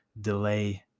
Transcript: delay